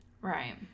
Right